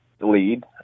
lead